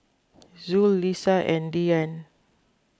Zul Lisa and Dian